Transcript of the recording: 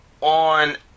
on